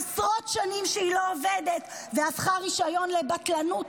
עשרות שנים שהיא לא עובדת והפכה רישיון לבטלנות,